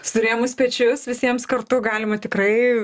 surėmus pečius visiems kartu galima tikrai